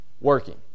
working